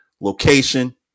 location